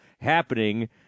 happening